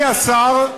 אני השר,